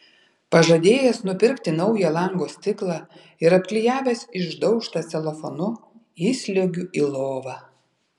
pažadėjęs nupirkti naują lango stiklą ir apklijavęs išdaužtą celofanu įsliuogiu į lovą